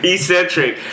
Eccentric